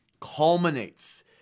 culminates